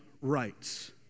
rights